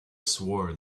swore